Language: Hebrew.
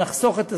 נחסוך את הזמן,